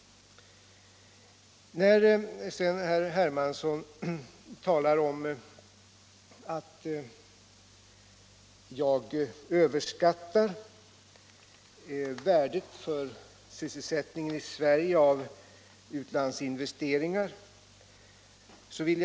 Herr Hermansson talar vidare om att jag överskattar utlandsinvesteringarnas värde för sysselsättningen i Sverige.